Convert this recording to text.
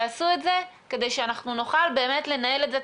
תעשו את זה כדי שאנחנו נוכל לנהל את זה.